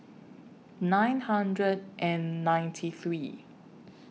nine hundred and ninety three